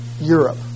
Europe